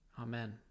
Amen